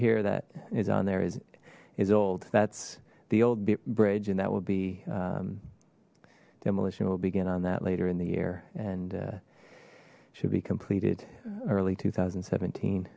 here that is on there is is old that's the old bridge and that would be demolition will begin on that later in the year and should be completed early two thousand and seventeen